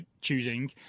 choosing